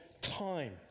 time